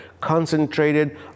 concentrated